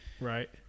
right